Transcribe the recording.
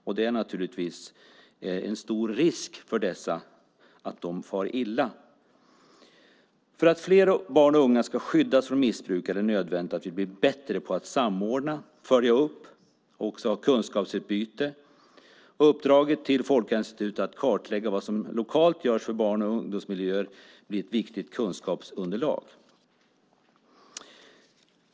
Det finns naturligtvis en stor risk att de far illa. För att fler barn och unga ska skyddas från missbruk är det nödvändigt att vi blir bättre på att samordna, följa upp och ha ett kunskapsutbyte. Uppdraget till Folkhälsoinstitutet att kartlägga vad som lokalt görs för barn i missbruksmiljöer blir ett viktigt kunskapsunderlag.